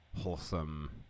wholesome